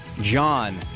John